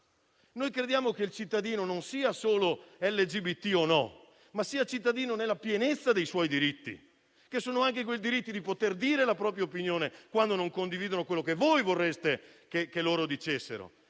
Noi crediamo che il cittadino non sia solo LGBT o non LGBT, ma sia cittadino nella pienezza dei suoi diritti, che è anche il diritto di poter dire la propria opinione quando non si condivide quello che voi vorreste si dicesse.